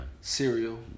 cereal